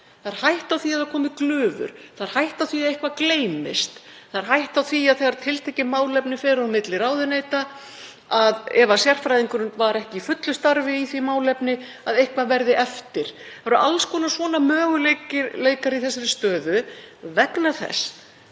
Það er hætta á því að það komi glufur. Það er hætta á því að eitthvað gleymist. Það er hætta á því að þegar tiltekið málefni fer á milli ráðuneyta að ef sérfræðingurinn var ekki í fullu starfi í því málefni þá verði eitthvað eftir. Það eru alls konar svona möguleikar í þessari stöðu vegna þess